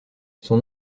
son